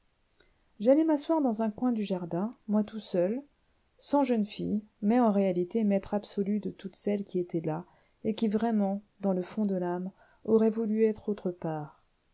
j'allai m'asseoir dans un coin du jardin moi tout seul sans jeune fille mais en réalité maître absolu de toutes celles qui étaient là et qui vraiment dans le fond de l'âme auraient voulu être autre part